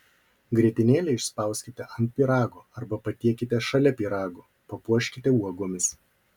grietinėlę išspauskite ant pyrago arba patiekite šalia pyrago papuoškite uogomis